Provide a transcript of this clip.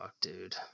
dude